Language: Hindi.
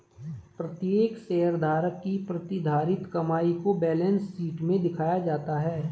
प्रत्येक शेयरधारक की प्रतिधारित कमाई को बैलेंस शीट में दिखाया जाता है